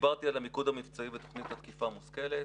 דיברתי על המיקוד המקצועי בתוכנית תקיפה המושכלת.